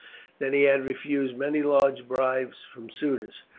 that he had refused many large bribes from suitors.